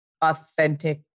authentic